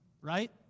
right